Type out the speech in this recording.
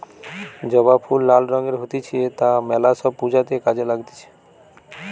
জবা ফুল লাল রঙের হতিছে তা মেলা সব পূজাতে কাজে লাগতিছে